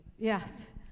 Yes